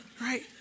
Right